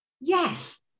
yes